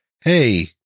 hey